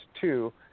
two